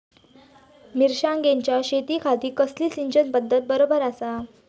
मिर्षागेंच्या शेतीखाती कसली सिंचन पध्दत बरोबर आसा?